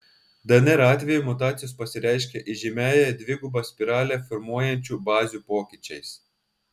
dnr atveju mutacijos pasireiškia įžymiąją dvigubą spiralę formuojančių bazių pokyčiais